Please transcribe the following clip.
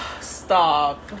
stop